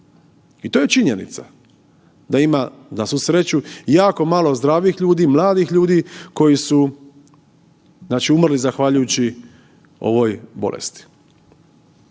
i to je činjenica da ima na svu sreću jako malo zdravih ljudi, mladih ljudi koji su umrli zahvaljujući ovoj bolesti.